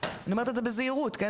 אני אומרת את זה בזהירות, כן?